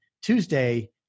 Tuesday